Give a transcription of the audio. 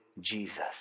Jesus